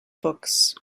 books